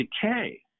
decay